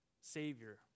savior